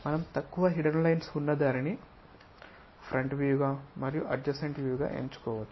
మనం తక్కువ hidden lines ఉన్న దానిని ఫ్రంట్ వ్యూగా మరియు అడ్జసెంట్ వ్యూగా ఎంచుకోవచ్చు